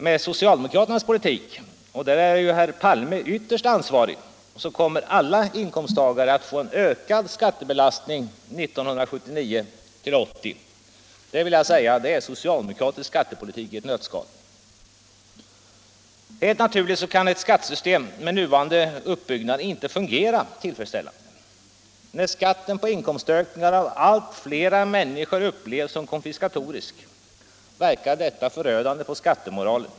Med socialdemokraternas skattepolitik, som herr Palme ytterst är ansvarig för, kommer sålunda alla inkomsttagare att få ökad skattebelastning 1979/80. Detta är socialdemokraternas skattepolitik i ett nötskal. Helt naturligt kan ett skattesystem med nuvarande uppbyggnad inte fungera tillfredsställande. När skatten på inkomstökningar av allt fler människor upplevs som konfiskatorisk verkar detta förödande på skattemoralen.